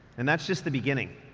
and that's just the beginning.